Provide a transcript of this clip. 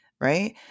Right